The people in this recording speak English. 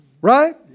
Right